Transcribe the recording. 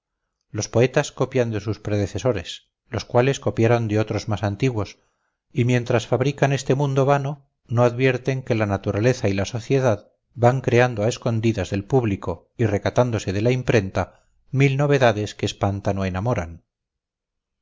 los poetas copian de sus predecesores los cuales copiaron de otros más antiguos y mientras fabrican este mundo vano no advierten que la naturaleza y la sociedad van creando a escondidas del público y recatándose de la imprenta mil novedades que espantan o enamoran